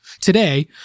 Today